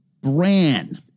Bran